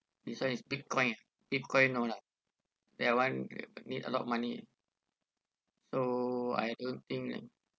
besides bitcoin bitcoin no lah that one need a lot of money so I don't think uh